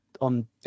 on